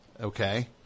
Okay